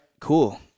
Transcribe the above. Cool